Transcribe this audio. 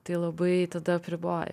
tai labai tada apriboja